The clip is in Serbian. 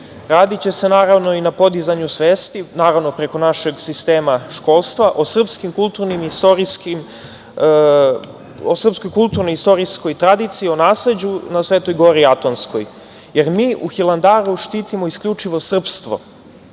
se naravno i na podizanju svesti, naravno preko našeg sistema školstva o srpskoj kulturnoj i istorijskoj tradiciji o nasleđu na Svetoj gori Atonskoj, jer mi u Hilandaru štitimo isključivo srpstvo. Vlada